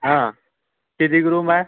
हां कितक रूम आहे